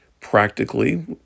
Practically